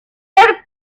ser